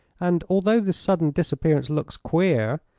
and although this sudden disappearance looks queer,